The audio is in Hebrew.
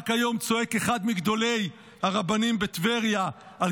רק היום צועק אחד מגדולי הרבנים בטבריה על